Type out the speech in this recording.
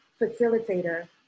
facilitator